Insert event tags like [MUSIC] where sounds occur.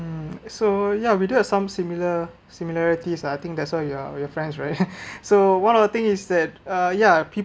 um so ya we do have some similar similarity ah I think that's why we are we are friends right [LAUGHS] so one of the thing is that uh ya people